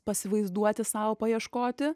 pasivaizduoti sau paieškoti